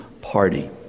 party